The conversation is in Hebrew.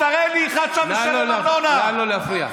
נא לא להפריע.